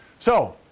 so,